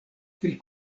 pri